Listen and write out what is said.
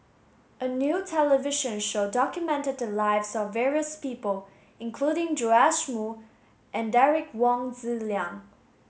a new television show documented the lives of various people including Joash Moo and Derek Wong Zi Liang